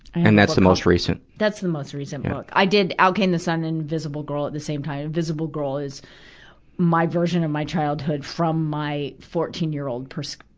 and that's the most recent. that's the most recent book. i did out came the sun and invisible girl at the same time. invisible girl is my version of my childhood from my fourteen year old perspec,